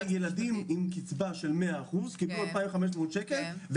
בשנת 2017 ילדים עם קצבה של 100% קיבלו 2,500 שקל,